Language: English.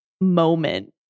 moment